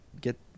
get